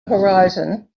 horizon